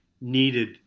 needed